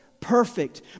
Perfect